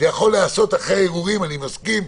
זה יכול להיעשות אחרי ערעורים, אני מסכים.